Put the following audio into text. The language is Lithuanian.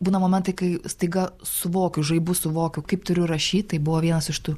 būna momentai kai staiga suvokiu žaibu suvokiu kaip turiu rašyti tai buvo vienas iš tų